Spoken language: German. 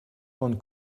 von